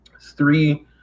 three